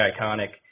iconic